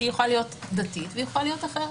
שהיא יכולה להיות דתית והיא יכולה להיות אחרת.